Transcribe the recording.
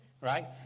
right